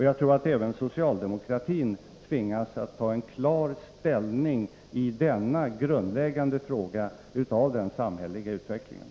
Jag tror att även socialdemokratin tvingas att ta en klar ställning i denna för samhällsutvecklingen grundläggande fråga.